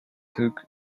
took